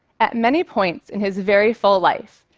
at many points in his very full life,